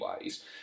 ways